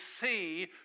see